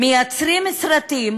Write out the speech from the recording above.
מייצרים סרטים